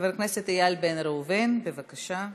חבר הכנסת איל בן ראובן, בבקשה.